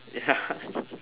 ya